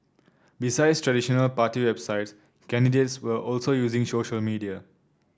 besides traditional party websites candidates were also using social media